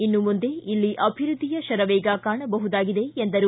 ಇನ್ನು ಮುಂದೆ ಇಲ್ಲಿ ಅಭಿವ್ಯದ್ದಿಯ ಶರವೇಗ ಕಾಣಬಹುದಾಗಿದೆ ಎಂದರು